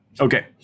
Okay